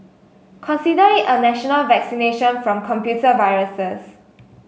consider it a national vaccination from computer viruses